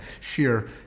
sheer